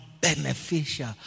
beneficial